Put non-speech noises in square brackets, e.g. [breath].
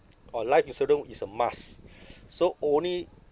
[noise] orh life insurance is a must [breath] so only